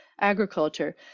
agriculture